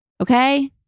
Okay